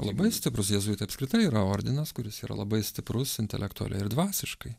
labai stiprūs jėzuitai apskritai yra ordinas kuris yra labai stiprus intelektualiai ir dvasiškai